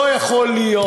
לא יכול להיות,